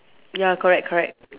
ya correct correct